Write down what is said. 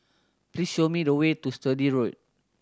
please show me the way to Sturdee Road